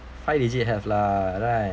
five digit have lah right